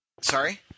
Sorry